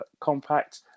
compact